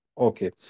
Okay